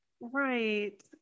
Right